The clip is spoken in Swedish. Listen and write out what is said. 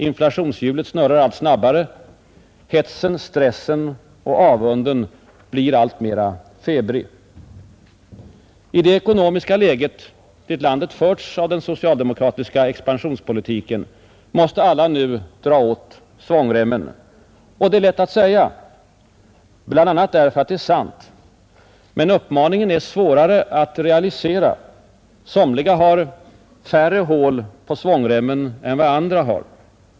Inflationshjulet snurrar allt snabbare. Hetsen, stressen och avunden blir alltmer febrig. I det ekonomiska läge dit landet förts av den socialdemokratiska expansionspolitiken måste alla nu dra åt svångremmen. Det är lätt att säga bl.a. därför att det är sant. Men uppmaningen är svårare att realisera: somliga har färre hål i svångremmen än vad andra har.